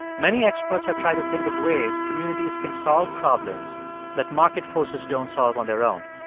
many experts have tried to think of ways communities can solve problems that market forces don't solve on their own.